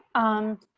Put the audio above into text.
um,